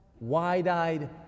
wide-eyed